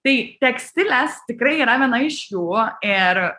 tai tekstilės tikrai yra viena iš jų ir